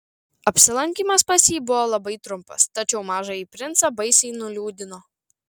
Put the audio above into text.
apsilankymas pas jį buvo labai trumpas tačiau mažąjį princą baisiai nuliūdino